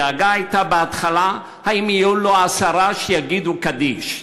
הדאגה בהתחלה הייתה אם יהיו לו עשרה שיגידו קדיש.